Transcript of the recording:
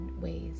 ways